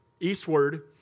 eastward